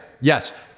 yes